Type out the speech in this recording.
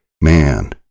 Man